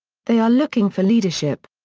they are looking for leadership.